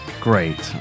Great